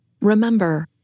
Remember